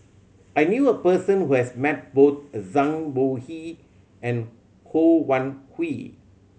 I knew a person who has met both Zhang Bohe and Ho Wan Hui